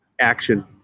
Action